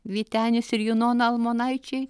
vytenis ir junona almonaičiai